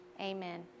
Amen